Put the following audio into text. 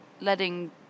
letting